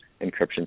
encryption